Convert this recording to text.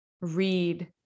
read